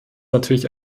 natürlich